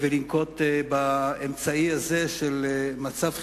ולנקוט את האמצעי הזה, של מצב חירום,